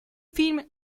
film